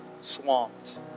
swamped